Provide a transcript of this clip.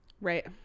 Right